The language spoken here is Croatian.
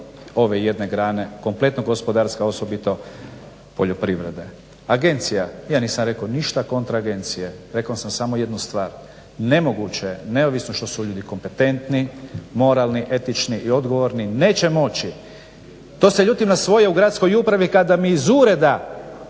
ove jedne grane kompletnog gospodarstva, osobito poljoprivrede. Agencija, ja nisam rekao ništa kontra agencije, rekao sam samo jednu stvar, nemoguće, neovisno što su ljudi kompetentni, moralni, etični i odgovorni neće moći. To se ljutim na svoje u gradskoj upravi kada mi iz ureda